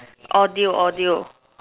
audio audio